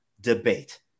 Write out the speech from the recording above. debate